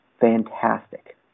fantastic